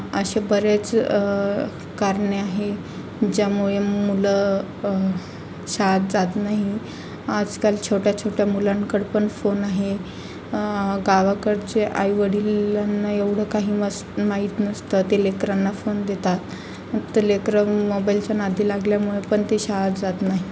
असे बरेच कारणे आहे ज्यामुळे मुलं शाळेत जात नाही आजकाल छोट्या छोट्या मुलांकडं पण फोन आहे गावाकडचे आईवडिलांना एवढं काही नस माहीत नसतं ते लेकरांना फोन देतात तर लेकरं मोबाईलच्या नादी लागल्यामुळे पण ते शाळेत जात नाही